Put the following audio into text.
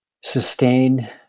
sustain